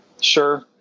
sure